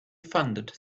funded